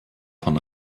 von